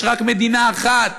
יש רק מדינה אחת